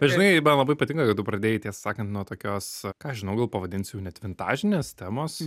žinai man labai patinka kad tu pradėjai tiesą sakant nuo tokios ką aš žinau gal pavadinsiu jau net vintažinės temos